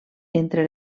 entre